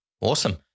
Awesome